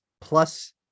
plus